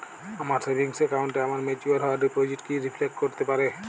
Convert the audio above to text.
আমার সেভিংস অ্যাকাউন্টে আমার ম্যাচিওর হওয়া ডিপোজিট কি রিফ্লেক্ট করতে পারে?